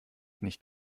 nicht